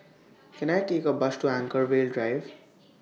Can I Take A Bus to Anchorvale Drive